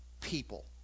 people